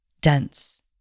dense